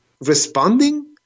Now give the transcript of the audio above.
responding